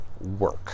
work